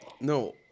No